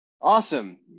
Awesome